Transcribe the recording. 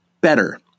Better